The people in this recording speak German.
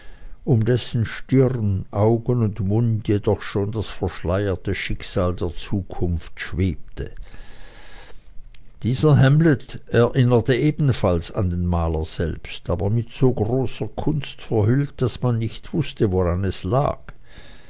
um dessen stirn augen und mund jedoch schon das verschleierte schicksal der zukunft schwebte dieser hamlet erinnerte ebenfalls an den maler selbst aber mit so großer kunst verhüllt daß man nicht wußte woran es lag